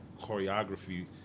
choreography